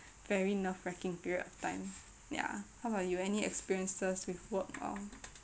very nerve-wracking period of time yeah how about you any experiences with work or